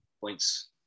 points